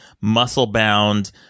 muscle-bound